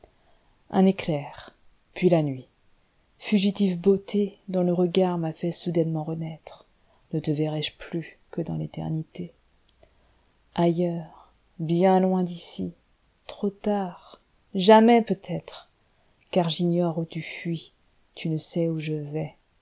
où éclair puis la nuiti fugitive beautédont le regard m'a fait soudainement renaître ne te verrai-je plus que dans l'éternité ailleurs bien loin d'ici trop tard jamais peut êtreicar j'ignore où tu fuis tu ne sais où je vais